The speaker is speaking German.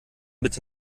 bitte